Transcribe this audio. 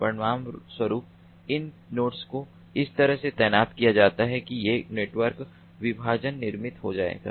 परिणामस्वरूप इन नोड्स को इस तरह से तैनात किया जाता है कि ये नेटवर्क विभाजन निर्मित हो जाएंगे